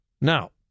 Now